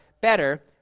better